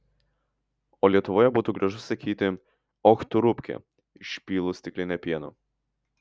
o lietuvoje būtų gražu sakyti och tu rupke išpylus stiklinę pieno